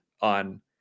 on